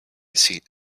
seat